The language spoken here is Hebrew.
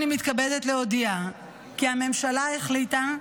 אני מתכבדת להודיע כי הממשלה החליטה,